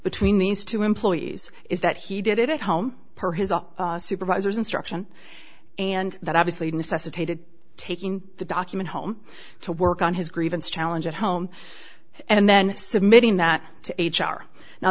between these two employees is that he did it at home her his supervisors instruction and that obviously necessitated taking the document home to work on his grievance challenge at home and then submitting that